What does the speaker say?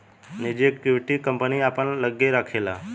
निजी equity, company अपना लग्गे राखेला